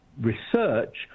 research